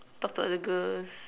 talk to other girls